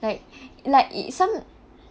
like like it some